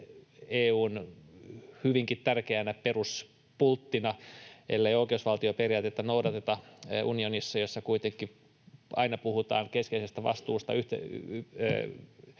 EU:n hyvinkin tärkeänä peruspulttina. Ellei oikeusvaltioperiaatetta noudateta unionissa, jossa kuitenkin aina puhutaan keskinäisestä vastuusta,